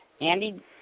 Andy